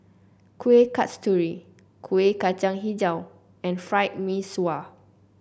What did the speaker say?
Kuih Kasturi Kueh Kacang hijau and Fried Mee Sua